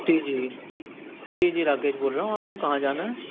جی جی جی جی راکیش بول رہا ہوں آپ کو کہاں جانا ہے